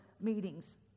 meetings